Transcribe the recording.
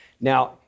Now